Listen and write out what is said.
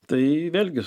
tai vėlgi